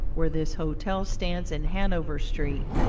where this hotel stands in hanover street,